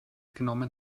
genommen